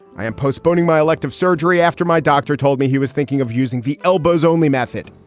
i am postponing my elective surgery after my doctor told me he was thinking of using the elbows only method